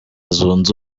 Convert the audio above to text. zunze